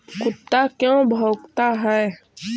कुत्ता क्यों भौंकता है?